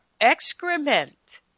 excrement